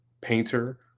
painter